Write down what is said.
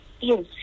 yes